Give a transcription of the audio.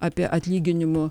apie atlyginimų